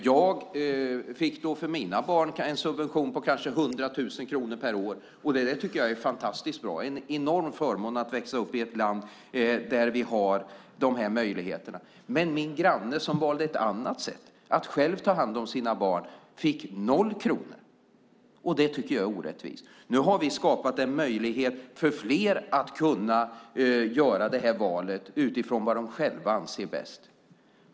Jag fick för mina barn en subvention på kanske 100 000 kronor per år. Det tycker jag är fantastiskt bra. Det är en enorm förmån att få växa upp i ett land där vi har den möjligheten. Men min granne som valde ett annat sätt, att själv ta hand om sina barn, fick noll kronor. Det tycker jag är orättvist. Nu har vi skapat en möjlighet för fler att göra ett val utifrån vad de själva anser bäst.